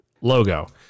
logo